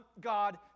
God